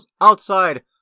outside